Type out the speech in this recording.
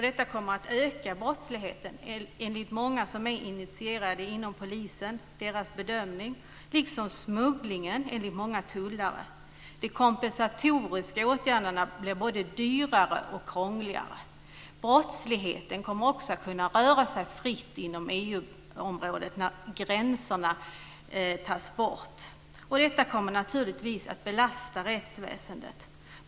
Detta kommer att öka brottsligheten enligt bedömning från många som är initierade inom polisen, liksom smugglingen enligt många tullare. De kompensatoriska åtgärderna blir både dyrare och krångligare. Brottslingarna kommer också att kunna röra sig fritt inom EU-området när gränserna tas bort. Detta kommer naturligtvis att belasta rättsväsendet.